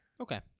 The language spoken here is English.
Okay